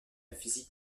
physique